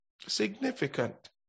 significant